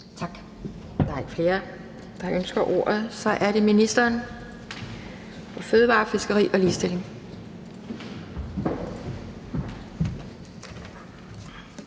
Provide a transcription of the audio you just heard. Tak. Der er ikke flere, der ønsker ordet. Så er det ministeren for fødevarer, fiskeri og ligestilling.